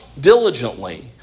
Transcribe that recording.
diligently